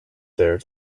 there